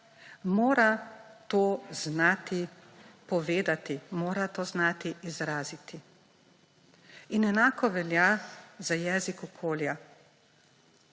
mora to znati povedati, mora to znati izraziti. In enako velja za jezik okolja.